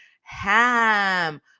ham